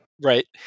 right